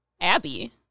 Abby